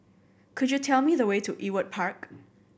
could you tell me the way to Ewart Park